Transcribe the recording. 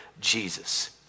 Jesus